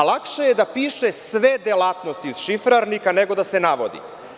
Lakše je da piše – sve delatnosti šifarnika, nego da se navodi.